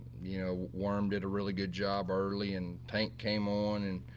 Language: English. you know, worm did a really good job early and tank came on,